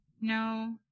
No